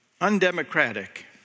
undemocratic